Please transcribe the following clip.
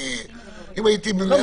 אם הייתי -- לא,